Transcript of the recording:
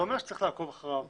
זה אומר שצריך לעקוב אחריו,